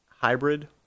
hybrid